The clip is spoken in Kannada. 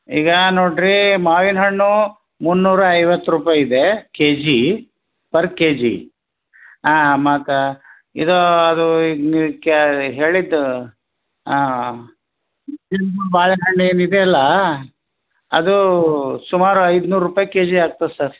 ಈಗ ನೋಡಿರಿ ಮಾವಿನ ಹಣ್ಣು ಮುನ್ನೂರ ಐವತ್ತು ರೂಪಾಯಿ ಇದೆ K G per K G ಆಮ್ಯಾಕೆ ಇದು ಅದು ಈಗ ನೀ ಕ್ಯಾ ಹೇಳಿದ್ದು ಹಾಂ ನಂಜನ ಗೂಡು ಬಾಳೆ ಹಣ್ಣು ಏನಿದೆಲ್ಲ ಅದು ಸುಮಾರು ಐದುನೂರು ರೂಪಾಯಿ ಕೆ ಜಿ ಆಗ್ತದೆ ಸರ್